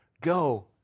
Go